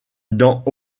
dans